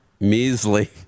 measly